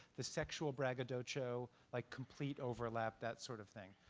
the sexual braggadocio, like complete overlap, that sort of thing.